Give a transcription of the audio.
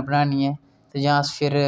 उप्पर करना ते